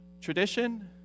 Tradition